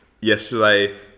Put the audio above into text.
yesterday